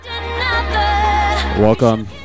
Welcome